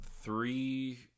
three